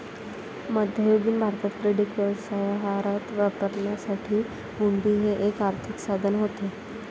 मध्ययुगीन भारतात क्रेडिट व्यवहारात वापरण्यासाठी हुंडी हे एक आर्थिक साधन होते